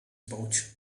pouch